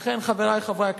לכן, חברי חברי הכנסת,